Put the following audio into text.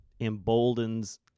emboldens